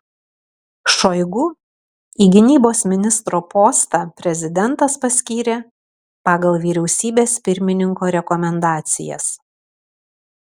šoigu į gynybos ministro postą prezidentas paskyrė pagal vyriausybės pirmininko rekomendacijas